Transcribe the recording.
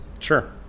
Sure